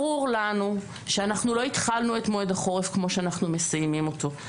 ברור לנו שאנחנו לא התחלנו את מועד החורף כמו שאנחנו מסיימים אותו.